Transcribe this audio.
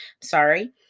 Sorry